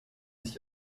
sich